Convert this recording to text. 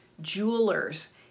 jewelers